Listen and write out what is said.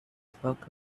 spoke